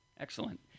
Excellent